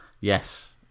Yes